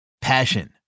passion